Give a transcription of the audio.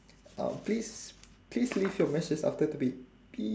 uh please please leave your message after the beep